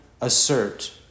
assert